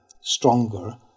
stronger